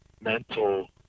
mental